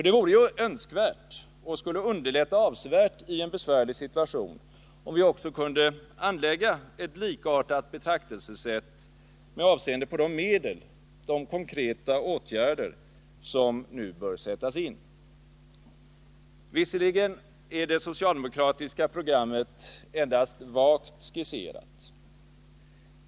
Det vore önskvärt — och skulle underlätta avsevärt i en besvärlig situation — om vi också kunde anlägga ett likartat betraktelsesätt med avseende på de medel, de konkreta åtgärder som nu bör sättas in. Visserligen är det socialdemokratiska programmet endast vagt skisserat.